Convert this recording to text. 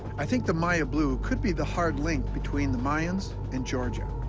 i think the maya blue could be the hard link between the mayans and georgia.